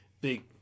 big